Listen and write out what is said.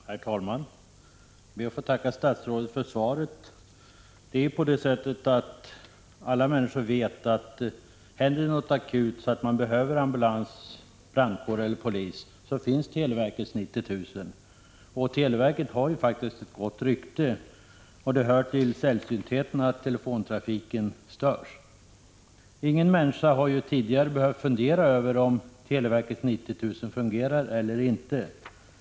Herr talman! Jag ber att få tacka statsrådet för svaret. Alla människor vet att om det händer något akut så att man behöver ambulans, brandkår eller polis, så finns televerkets 90 000. Televerket har ju faktiskt gott rykte, och det hör till sällsyntheterna att telefontrafiken störs. Ingen människa har tidigare behövt fundera över om televerket 90 000 fungerar eller inte.